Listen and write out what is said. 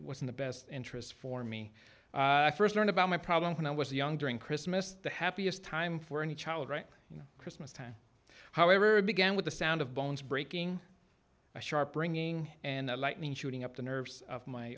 in the best interest for me st learned about my problem when i was young during christmas the happiest time for any child right christmas time however began with the sound of bones breaking a sharp ringing and the lightning shooting up the nerves of my